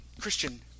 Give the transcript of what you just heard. Christian